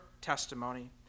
testimony